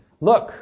Look